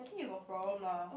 think you got problem lah